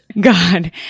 God